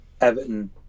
Everton